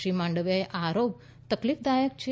શ્રી માંડવિયાએ આ આરોપ તકલીફ દાયક છે